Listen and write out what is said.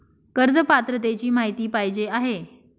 कर्ज पात्रतेची माहिती पाहिजे आहे?